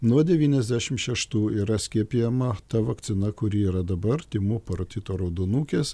nuo devyniasdešim šeštų yra skiepijama ta vakcina kuri yra dabar tymų parotito raudonukės